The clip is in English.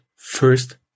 first